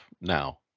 now